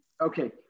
Okay